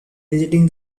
visiting